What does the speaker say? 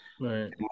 Right